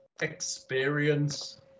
experience